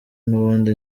n’ubundi